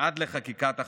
עד לחקיקת החוק.